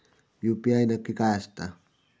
UPI नक्की काय आसता?